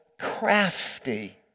crafty